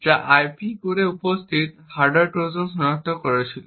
যা আইপি কোরে উপস্থিত হার্ডওয়্যার ট্রোজান সনাক্ত করেছিল